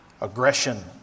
Aggression